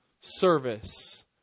service